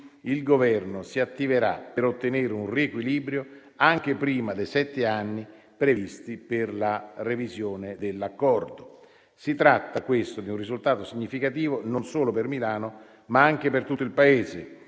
il Governo si attiverà per ottenere un riequilibrio anche prima dei sette anni previsti per la revisione dell'accordo. Si tratta di un risultato significativo non solo per Milano, ma anche per tutto il Paese,